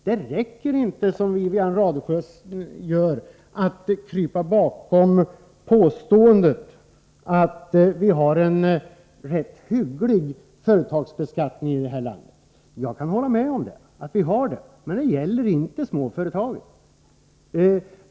Det räcker inte att, som Wivi-Anne Radesjö gör, krypa bakom påståendet att vi har en rätt hygglig företagsbeskattning i detta land. Jag kan hålla med om att vi har det, men det gäller inte småföretagen.